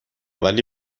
ولی